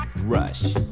rush